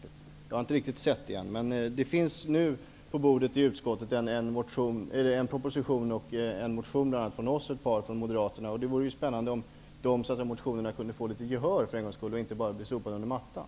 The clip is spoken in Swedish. Jag har ännu inte riktigt sett det, men det ligger nu på utskottets bord en proposition och några motioner, en från oss och en från Moderaterna. Det vore spännande om de motionerna för en gångs skull kunde få litet gehör och inte bara sopades under mattan.